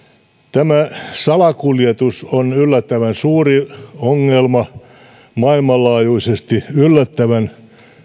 salakuljetus on yllättävän suuri ongelma maailmanlaajuisesti yllättävän